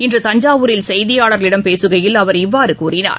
இன்று தஞ்சாவூரில் செய்தியாளர்களிடம் பேசுகையில் அவர் இவ்வாறுகூறினார்